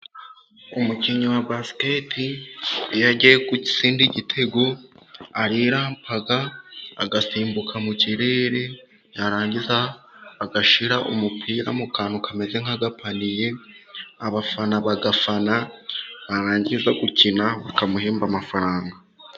Umukinnyi wa basikete iyo agiye gutsinda igitego arirampa agasimbuka mu kirere, yarangiza agashyira umupira mu kantu kameze nk'agapaniye, abafana bagafana, barangiza gukina bakamuhemba amafaranga.